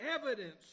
evidence